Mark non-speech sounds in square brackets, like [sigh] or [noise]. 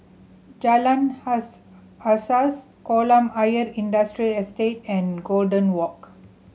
Jalan [unintelligible] Asas Kolam Ayer Industrial Estate and Golden Walk